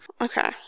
Okay